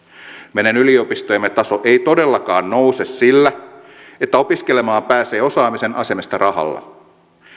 meidän yliopistojemme taso ei todellakaan nouse sillä että opiskelemaan pääsee osaamisen asemesta rahalla